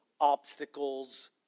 obstacles